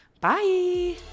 Bye